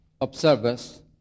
observers